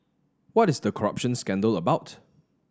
what is the corruption scandal about